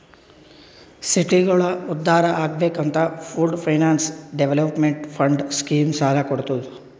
ಸಿಟಿಗೋಳ ಉದ್ಧಾರ್ ಆಗ್ಬೇಕ್ ಅಂತ pooled finance development fund scheme ಸಾಲ ಕೊಡ್ತುದ್